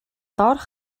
доорх